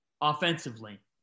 offensively